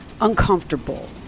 uncomfortable